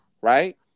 Right